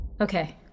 Okay